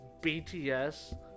BTS